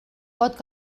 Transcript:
pot